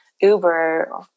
Uber